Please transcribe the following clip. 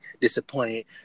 disappointed